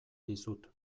dizut